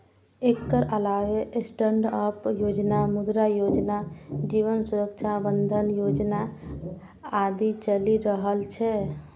एकर अलावे स्टैंडअप योजना, मुद्रा योजना, जीवन सुरक्षा बंधन योजना आदि चलि रहल छै